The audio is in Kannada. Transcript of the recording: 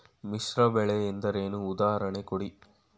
ಮಿಶ್ರ ಬೆಳೆ ಎಂದರೇನು, ಉದಾಹರಣೆ ಕೊಡಿ?